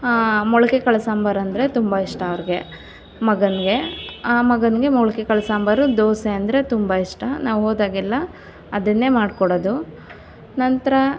ಮೊಳಕೆ ಕಾಳು ಸಾಂಬಾರು ಅಂದರೆ ತುಂಬ ಇಷ್ಟ ಅವ್ರಿಗೆ ಮಗನಿಗೆ ಆ ಮಗನಿಗೆ ಮೊಳಕೆ ಕಾಳು ಸಾಂಬರು ದೋಸೆ ಅಂದರೆ ತುಂಬ ಇಷ್ಟ ನಾವು ಹೋದಾಗೆಲ್ಲ ಅದನ್ನೇ ಮಾಡಿಕಡೋದು ನಂತರ